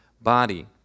body